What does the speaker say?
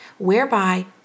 whereby